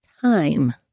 time